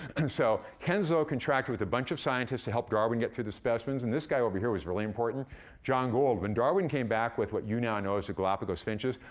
so henslow contracted with a bunch of scientists to help darwin get through the specimens, and this guy over here was really important john gould. when darwin came back with what you now know as the galapagos finches,